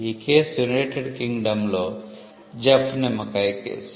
ఈ case united కింగ్డమ్లో Jeff నిమ్మకాయ కేసు